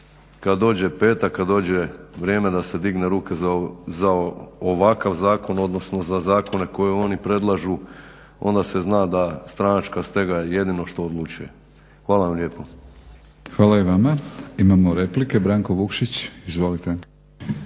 kad dođe petak, kad dođe vrijeme da se digne ruka za ovakav zakon odnosno za zakone koji oni predlažu onda se zna da stranačka stega je jedino što odlučuje. Hvala vam lijepo. **Batinić, Milorad (HNS)** Hvala i vama. Imamo replike, Branko Vukšić izvolite.